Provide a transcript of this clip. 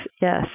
Yes